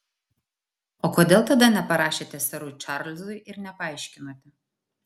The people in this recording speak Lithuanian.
o kodėl tada neparašėte serui čarlzui ir nepaaiškinote